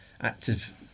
active